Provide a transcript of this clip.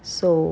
so